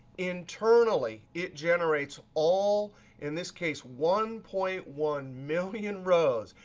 internally, it generates all in this case one point one million rows.